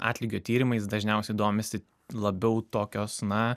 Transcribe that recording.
atlygio tyrimais dažniausiai domisi labiau tokios na